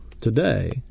today